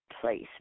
place